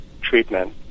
treatment